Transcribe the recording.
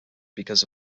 because